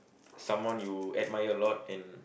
someone you admire a lot and